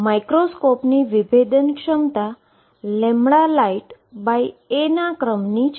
માઇક્રોસ્કોપની resolution ક્ષમતા lightaના ક્રમની છે